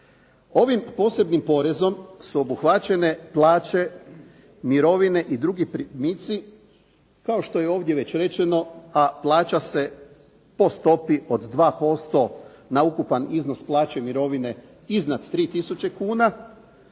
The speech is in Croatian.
Ovim posebnim porezom su obuhvaćene plaće, mirovine i drugi primici, kao što je ovdje već rečeno, a plaća se po stopi od 2% na ukupan iznos plaće i mirovine iznad 3 tisuće kuna,